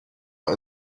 out